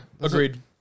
agreed